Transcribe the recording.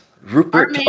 Rupert